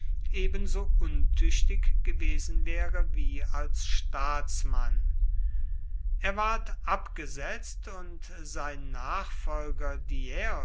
ebenso untüchtig gewesen wäre wie als staatsmann er ward abgesetzt und sein nachfolger diäos